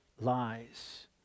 lies